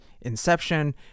inception